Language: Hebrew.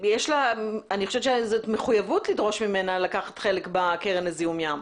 אני חושבת שזו מחויבות לדרוש ממנה לקחת חלק בקרן לזיהום ים,